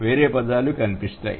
వేరే పదాలు కనిపిస్తాయి